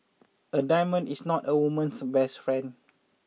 a diamond is not a woman's best friend